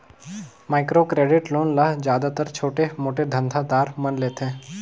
micro credit loan ल जादातर छोटे मोटे धंधा दार मन लेथें